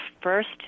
first –